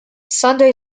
sunday